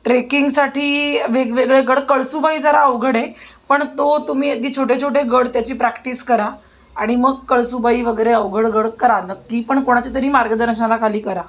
ट्रेकिंगसाठी वेगवेगळे गड कळसूबाई जरा अवघड आहे पण तो तुम्ही अदी छोटे छोटे गड त्याची प्रॅक्टिस करा आणि मग कळसूबाई वगैरे अवघड गड करा नक्की पण कोणाच्या तरी मार्गदर्शनाला खाली करा